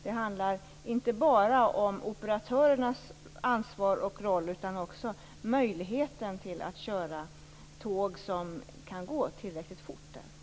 Det handlar inte bara om operatörernas ansvar och roll utan också om möjligheterna att köra tåg som kan gå tillräckligt fort i detta sammanhang.